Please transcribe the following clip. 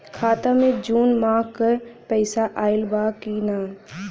खाता मे जून माह क पैसा आईल बा की ना?